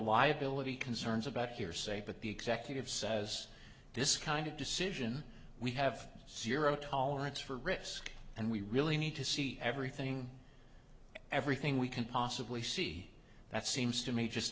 liability concerns about hearsay but the executive says this kind of decision we have zero tolerance for risk and we really need to see everything everything we can possibly see that seems to me just